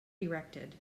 erected